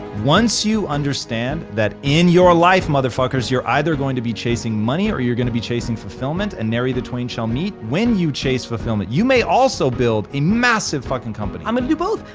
once you understand that in your life, mother-fuckers, you're either going to be chasing money or you're gonna be chasing fulfillment and nary the twain shall meet, when you chase fulfillment, you may also build a massive fuckin' company. i'm gonna do both.